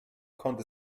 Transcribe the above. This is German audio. konnte